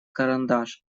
карандаш